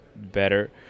Better